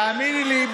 תאמיני לי,